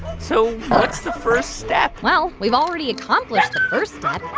so what's the first step? well, we've already accomplished the first step,